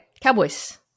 Cowboys